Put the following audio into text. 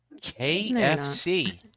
KFC